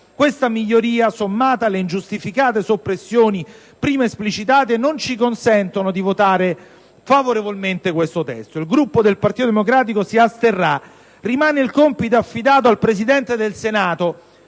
tale miglioria, sommata alle ingiustificate soppressioni prima esplicitate, non ci consente di votare favorevolmente questo testo. Pertanto, il Gruppo del Partito Democratico si asterrà. Rimane il compito affidato al Presidente del Senato,